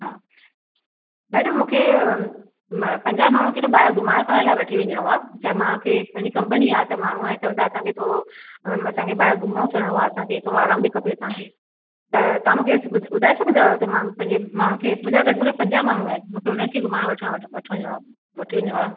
हा मैडम मूंखे पंजाह माण्हुनि खे न ॿाहिरि घुमाइणु फिराइणु लाइ वठी वञिणो आहे छाहे मूंखे पंहिंजी कंपनी आहे त माण्हू हाणे चवनि था असां खे थोरो असां खे ॿाहिरि घुमुणो फिरिणो आहे असां खे थोरो आरामु बि खपे असां खे त तव्हां मूंखे ॿुधाए सघंदा आहियो त मां पंहिंजे माण्हुनि खे मुंहिंजा माण्हू घटि में घटि पंजाह माण्हू आहिनि मूंखे उन्हनि खे घुमाइणु वठी वञिणो आहे